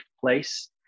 place